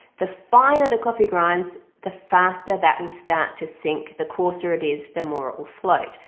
the finer the coffee grinds the faster that will start to sink the coarser it is the more it'll float.